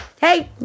hey